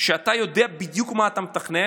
אתה יודע בדיוק מה אתה מתכנן,